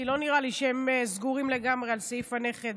כי לא נראה לי שהם סגורים לגמרי על סעיף הנכד